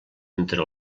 entre